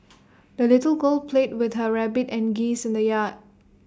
the little girl played with her rabbit and geese in the yard